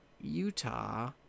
Utah